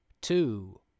two